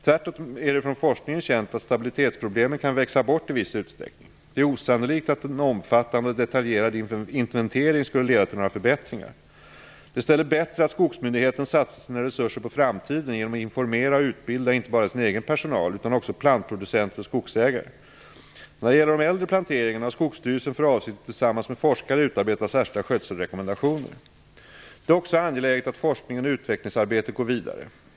Tvärtom är det från forskningen känt att stabilitetsproblemen kan växa bort i viss utsträckning. Det är osannolikt att en omfattande och detaljerad inventering skulle leda till några förbättringar. Det är i stället bättre att skogsmyndigheten satsar sina resurser på framtiden genom att informera och utbilda inte bara sin egen personal utan också plantproducenter och skogsägare. När det gäller de äldre planteringarna har Skogsstyrelsen för avsikt att tillsammans med forskare utarbeta särskilda skötselrekommendationer. Det är också angeläget att forskningen och utvecklingsarbetet går vidare.